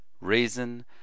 reason